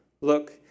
Look